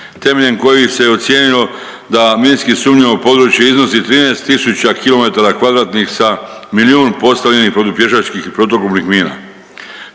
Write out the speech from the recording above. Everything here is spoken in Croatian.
temeljem kojih se ocijenilo da minski sumnjivo područje iznosi 13 kilometara kvadratnih sa milijun postavljenih protupješačkih i protuoklopnih mina.